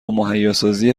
مهیاسازی